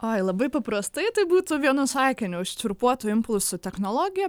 oi labai paprastai tai būtų vienu sakiniu už čirpuotų impulsų technologiją